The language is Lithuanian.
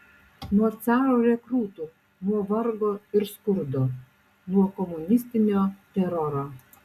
nuo caro rekrūtų nuo vargo ir skurdo nuo komunistinio teroro